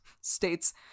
states